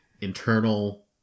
internal